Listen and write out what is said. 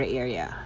area